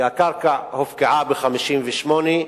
כי הקרקע הופקעה ב-1958.